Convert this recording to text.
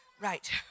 Right